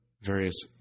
various